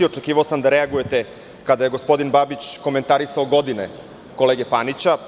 Očekivao sam da reagujete kada je gospodin Babić komentarisao godine kolege Panića.